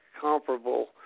comparable